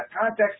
context